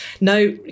No